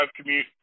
commute